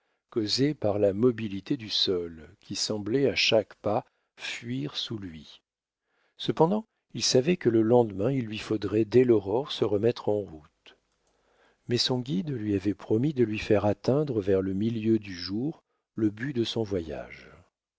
causée par la mobilité du sol qui semblait à chaque pas fuir sous lui cependant il savait que le lendemain il lui faudrait dès l'aurore se remettre en route mais son guide lui avait promis de lui faire atteindre vers le milieu du jour le but de son voyage